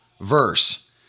verse